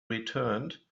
returned